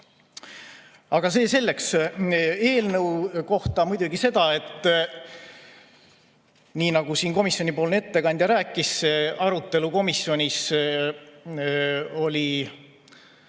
Aga see selleks. Eelnõu kohta ütlen muidugi seda, et nii nagu komisjonipoolne ettekandja rääkis, arutelu komisjonis oli